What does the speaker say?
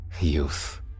Youth